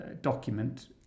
document